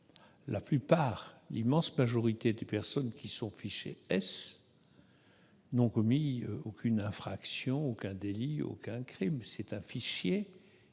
rappeler : l'immense majorité des personnes qui sont fichées S n'ont commis aucune infraction, aucun délit, aucun crime. C'est un fichier qui